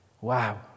Wow